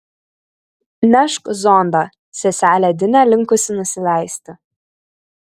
nešk zondą seselė di nelinkusi nusileisti